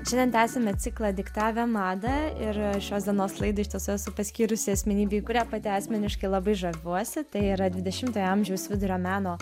šiandien tęsiame ciklą diktavę madą ir šios dienos laida iš tiesų esu paskyrusi asmenybei kurią pati asmeniškai labai žaviuosi tai yra dvidešimtojo amžiaus vidurio meno